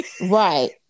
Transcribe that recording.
Right